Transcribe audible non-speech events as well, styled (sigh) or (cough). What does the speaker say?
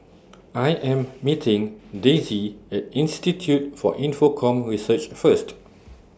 I Am (noise) meeting Dayse At Institute For Infocomm Research First